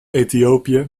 ethiopië